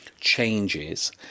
changes